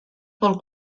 pel